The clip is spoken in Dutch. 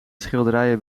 schilderijen